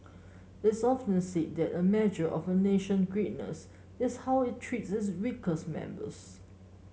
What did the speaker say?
it's often said that a measure of a nation greatness is how it treats its weakest members